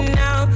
now